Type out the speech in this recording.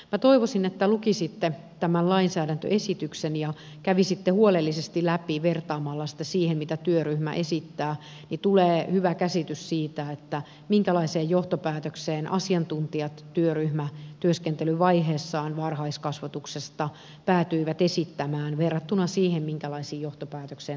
minä toivoisin että lukisitte tämän lainsäädäntöesityksen ja kävisitte sen huolellisesti läpi vertaamalla sitä siihen mitä työryhmä esittää niin että tulee hyvä käsitys siitä minkälaisen johtopäätöksen varhaiskasvatuksesta asiantuntijat työryhmätyöskentelyvaiheessaan päätyivät esittämään verrattuna siihen minkälaiseen johtopäätökseen hallitus sitten päätyi